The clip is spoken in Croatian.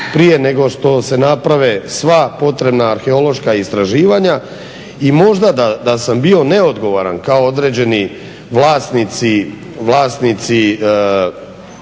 prije nego što se naprave sva potrebna arheološka istraživanja. I možda da sam bio neodgovoran kao određeni vlasnici